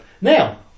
Now